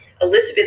Elizabeth